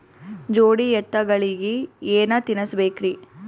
ಜೋಡಿ ಎತ್ತಗಳಿಗಿ ಏನ ತಿನಸಬೇಕ್ರಿ?